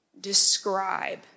describe